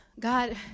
God